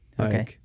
Okay